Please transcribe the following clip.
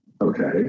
Okay